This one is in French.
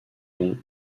dont